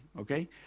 Okay